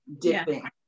dipping